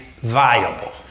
viable